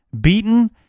beaten